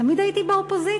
תמיד הייתי באופוזיציה.